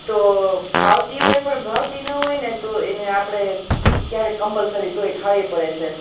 તો ફાવતી હોય તો ભાવતી ન હોયને તો એને આપણે ક્યારેક કમ્પલસરી તોય ખાવી પડે છે